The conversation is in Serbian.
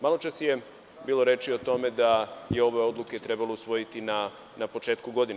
Maločas je bilo reči o tome da je ove odluke trebalo usvojiti na početku godine.